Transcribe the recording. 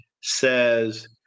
says